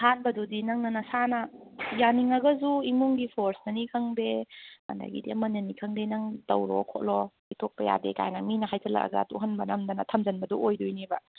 ꯑꯍꯥꯟꯕꯗꯨꯗꯤ ꯅꯪꯅ ꯅꯁꯥꯅ ꯌꯥꯅꯤꯡꯂꯒꯁꯨ ꯏꯃꯨꯡꯒꯤ ꯐꯣꯔꯁꯅꯅꯤ ꯈꯪꯗꯦ ꯑꯗꯒꯤꯗꯤ ꯑꯃꯅꯅꯤ ꯈꯪꯗꯦ ꯅꯪ ꯇꯧꯔꯣ ꯈꯣꯠꯂꯣ ꯍꯤꯛꯇꯣꯛꯄ ꯌꯥꯗꯦ ꯀꯥꯏꯅ ꯃꯤꯅ ꯍꯥꯏꯖꯤꯜꯂꯛꯂꯒ ꯇꯣꯛꯍꯟꯕ ꯅꯝꯗꯅ ꯊꯝꯖꯤꯟꯕꯗꯨ ꯑꯣꯏꯗꯣꯏꯅꯦꯕ